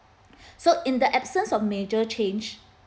so in the absence of major change